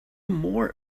more